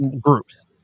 groups